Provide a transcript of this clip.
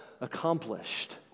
accomplished